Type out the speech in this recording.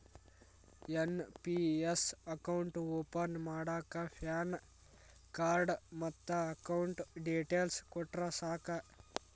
NPS account open ಮಾಡಾಕ PAN card ಮತ್ತ account details ಕೊಟ್ರ ಸಾಕ